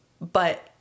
But-